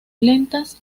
lentas